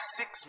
six